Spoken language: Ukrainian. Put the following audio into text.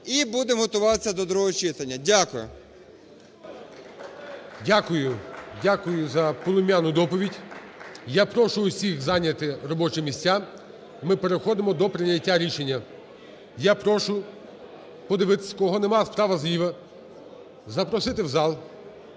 і будемо готуватися до другого читання. Дякую. ГОЛОВУЮЧИЙ. Дякую. Дякую за полум'яну доповідь. Я прошу усіх зайняти робочі місця, ми переходимо до прийняття рішення. Я прошу подивитись, кого немає справа, зліва, запросити в зал,